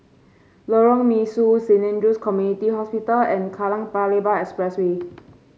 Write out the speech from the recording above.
Lorong Mesu Saint Andrew's Community Hospital and Kallang Paya Lebar Expressway